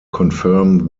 confirm